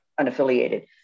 unaffiliated